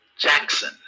Jackson